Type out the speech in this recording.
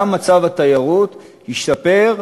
גם מצב התיירות ישתפר,